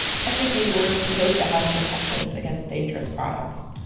technically, we're supposed to have protections against dangerous products.